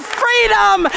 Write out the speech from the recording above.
freedom